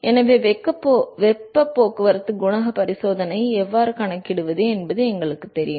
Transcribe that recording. எனவே வெப்ப போக்குவரத்து குணக பரிசோதனையை எவ்வாறு கணக்கிடுவது என்பது எங்களுக்குத் தெரியும்